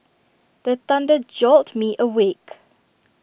the thunder jolt me awake